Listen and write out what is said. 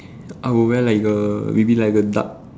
i would wear like a maybe like a dark